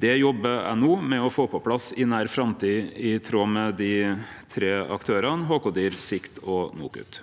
Dette jobbar eg no med å få på plass i nær framtid, i samarbeid med dei tre aktørane, HK-dir, Sikt og NOKUT.